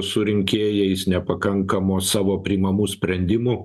su rinkėjais nepakankamos savo priimamų sprendimų